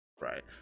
Right